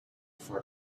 for